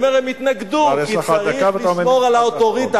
אני אומר, הם התנגדו כי צריך לשמור על האוטוריטה.